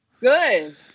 Good